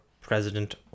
President